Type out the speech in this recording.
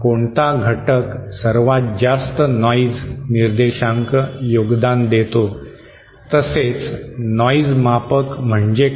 कोणता घटक सर्वात जास्त नॉइज निर्देशांक योगदान देतो तसेच नॉइज मापक म्हणजे काय